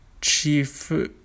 Chief